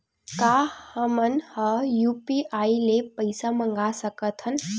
का हमन ह यू.पी.आई ले पईसा मंगा सकत हन?